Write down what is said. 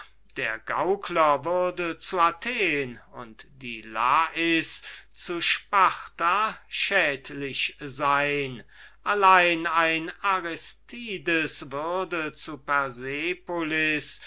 der gaukler würde zu athen und die lais zu sparta schädlich sein allein ein aristides würde zu